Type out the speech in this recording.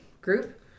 group